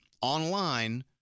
online